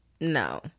No